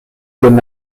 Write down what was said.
donne